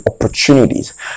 opportunities